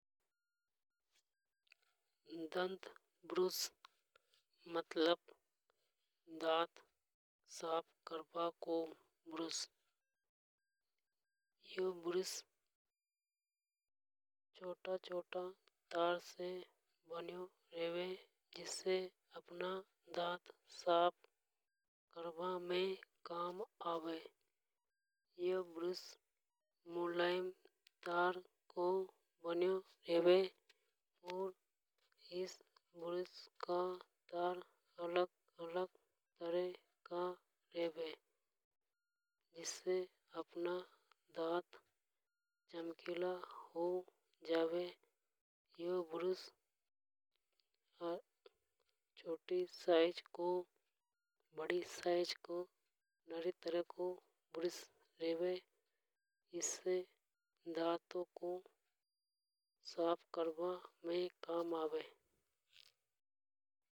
दंतब्रूस मतलब दांत साफ करबा को ब्रूस यो ब्रूस छोटा छोटा तारा से बनियों रेवे। जिसे अपना दांत साफ करबा में काम आवे। यो ब्रूस मुलायम तार को बनियों रेवे और इस ब्रूस का तार अलग अलग तरह का रेवे। जिससे अपना दांत चमकीला हो जावे। यो ब्रूस छोटी साइज को बड़ी साइज को नरी तरह को ब्रूस रेवे। इसको दांत साफ करबा में काम आवे।